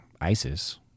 ISIS